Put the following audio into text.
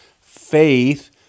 Faith